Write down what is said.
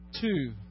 two